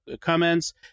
comments